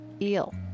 Eel